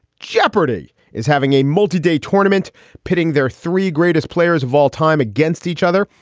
jeopardy is having a multi-day tournament pitting their three greatest players of all time against each other.